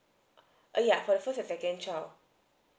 ya for the first and second child